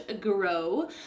grow